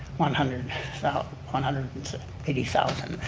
one hundred so one hundred and eighty thousand,